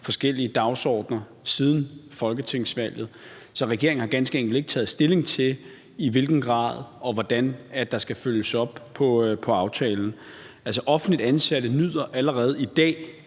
forskellige dagsordener siden folketingsvalget. Så regeringen har ganske enkelt ikke taget stilling til, i hvilken grad og hvordan der skal følges op på aftalen. Offentligt ansatte nyder allerede i dag